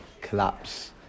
collapse